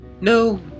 No